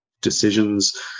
decisions